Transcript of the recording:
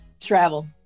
Travel